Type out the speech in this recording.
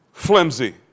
Flimsy